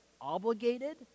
obligated